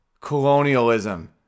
Colonialism